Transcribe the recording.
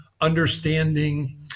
understanding